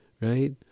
right